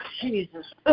Jesus